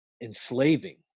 enslaving